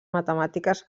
matemàtiques